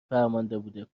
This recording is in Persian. فرمانده